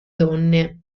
donne